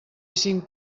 cinc